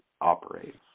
operates